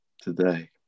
today